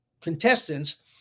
contestants